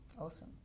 awesome